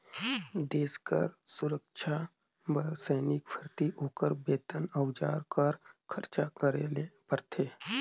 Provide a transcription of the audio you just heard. देस कर सुरक्छा बर सैनिक भरती, ओकर बेतन, अउजार कर खरचा करे ले परथे